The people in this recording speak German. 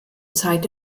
zeit